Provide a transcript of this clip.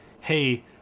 hey